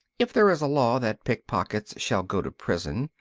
if there is a law that pick-pockets shall go to prison,